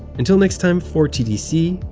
until next time, for tdc,